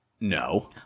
no